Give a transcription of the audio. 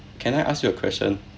can I ask you a question